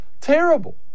terrible